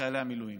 לחיילי המילואים.